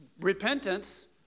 repentance